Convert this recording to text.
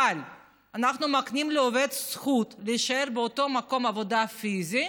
אבל אנחנו מקנים לעובד זכות להישאר באותו מקום עבודה פיזי,